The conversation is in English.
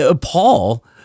Paul